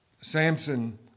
Samson